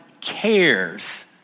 cares